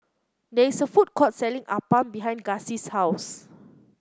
there's a food court selling appam behind Gussie's house